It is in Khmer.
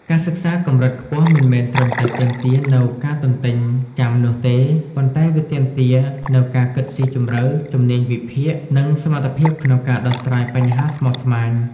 ការសិក្សាកម្រិតខ្ពស់មិនមែនត្រឹមតែទាមទារនូវការទន្ទេញចាំនោះទេ ប៉ុន្តែវាទាមទារនូវ ការគិតស៊ីជម្រៅ ជំនាញវិភាគ និងសមត្ថភាពក្នុងការដោះស្រាយបញ្ហាស្មុគស្មាញ។